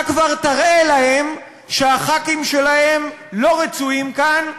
אתה כבר תראה להם שחברי הכנסת שלהם לא רצויים כאן,